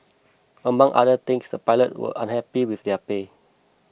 among other things the pilot were unhappy with their pay